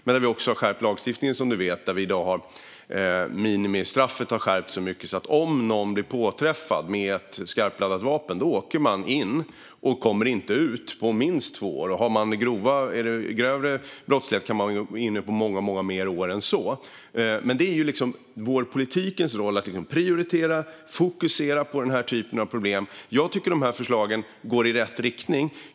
Men vi har också skärpt lagstiftningen så att minimistraffet om någon påträffas med ett skarpladdat vapen är minst två år i fängelse. Rör det sig om grövre brottslighet handlar det om många fler år än så. Politikens roll är att prioritera och fokusera på denna typ av problem. Jag tycker att dessa åtgärder går i rätt riktning.